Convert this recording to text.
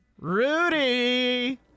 Rudy